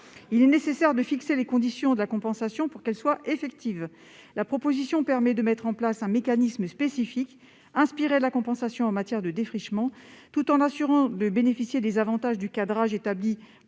Il est nécessaire de fixer les conditions de la compensation pour la rendre effective. Cette proposition permet de mettre en place un mécanisme spécifique inspiré de la compensation en matière de défrichement, tout en assurant de bénéficier des avantages du cadrage établi